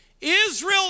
Israel